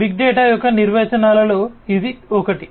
big data యొక్క నిర్వచనాలలో ఇది ఒకటి